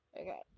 Okay